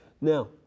Now